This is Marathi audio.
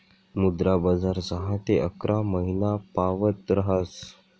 मुद्रा बजार सहा ते अकरा महिनापावत ऱहास